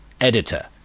editor